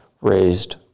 raised